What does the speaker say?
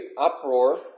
uproar